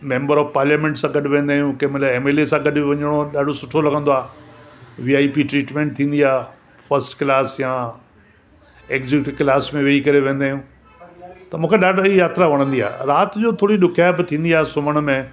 member of parliament सां गॾु वेंदा आहियूं कंहिं महिल एम एल ए सां गॾु वञणो ॾाढो सुठो लॻंदो आहे वी आई पी ट्रीटमेंट थींदी आहे फर्स्ट क्लास या एग्ज़ीक्यूटिव क्लास में वेही करे वेंदा आहियूं त मूंखे ॾाढो ई यात्रा वणंदी आहे राति जो थोरी ॾुख्याप थींदी आहे सुम्हण में